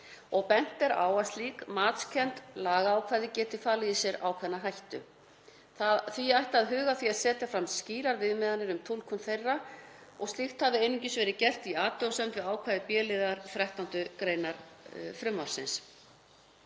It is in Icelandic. og bent er á að slík matskennd lagaákvæði geti falið í sér ákveðna hættu. Því ætti að huga að því að setja fram skýrar viðmiðanir um túlkun þeirra og slíkt hafi einungis verið gert í athugasemd við ákvæði b-liðar 13. gr. frumvarpsins.